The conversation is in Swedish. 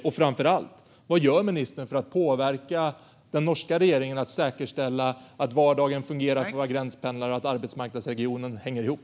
Och framför allt: Vad gör ministern för att påverka den norska regeringen att säkerställa att vardagen fungerar för våra gränspendlare och att arbetsmarknadsregionen hänger ihop?